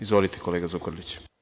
Izvolite, kolega Zukorliću.